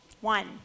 one